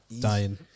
dying